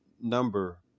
number